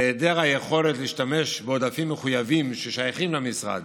היעדר היכולת להשתמש בעודפים מחויבים ששייכים למשרד